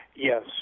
Yes